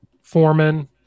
Foreman